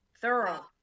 thorough